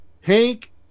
Hank